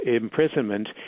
imprisonment